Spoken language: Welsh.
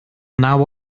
naw